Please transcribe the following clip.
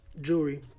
jewelry